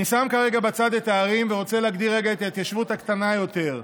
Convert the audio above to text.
אני שם כרגע בצד את הערים ורוצה להגדיר רגע את ההתיישבות הקטנה יותר,